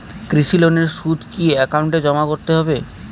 কৃষি লোনের সুদ কি একাউন্টে জমা করতে হবে?